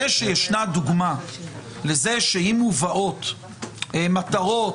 זה שישנה דוגמה לזה שאם מובאות מטרות